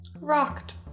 Rocked